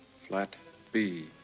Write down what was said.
flat b.